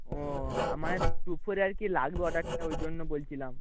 ও আমার দুপুরে আর কি লাগবে অর্ডারটা ওই জন্য বলছিলাম